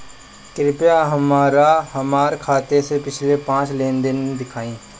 कृपया हमरा हमार खाते से पिछले पांच लेन देन दिखाइ